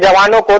but la la